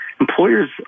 employers